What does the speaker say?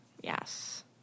Yes